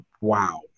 wow